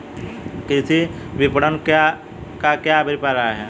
कृषि विपणन का क्या अभिप्राय है?